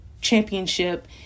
championship